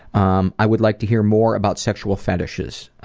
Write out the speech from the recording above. um i would like to hear more about sexual fetishes.